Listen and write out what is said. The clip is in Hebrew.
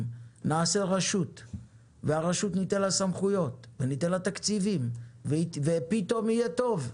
אז נעשה רשות וניתן לה סמכויות ותקציבים ופתאום יהיה טוב,